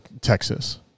Texas